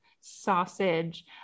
sausage